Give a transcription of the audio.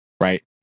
Right